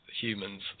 humans